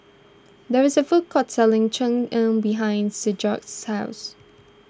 there is a food court selling Cheng Tng behind Sigurd's house